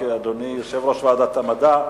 רק, אדוני יושב-ראש ועדת המדע,